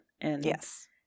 Yes